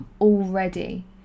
already